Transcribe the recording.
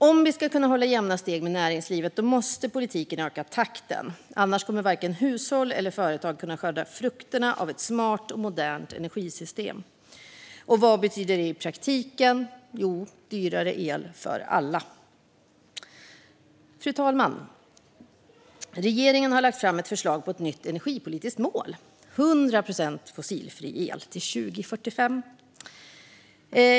Om vi ska kunna hålla jämna steg med näringslivet måste politiken öka takten. Annars kommer varken hushåll eller företag att kunna skörda frukterna av ett smart och modernt energisystem. Och vad betyder det i praktiken? Jo, dyrare el för alla. Fru talman! Regeringen har lagt fram ett förslag på nytt energipolitiskt mål: 100 procent fossilfri el till 2045.